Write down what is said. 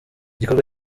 gikorwa